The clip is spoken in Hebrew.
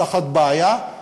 תחת בעיה.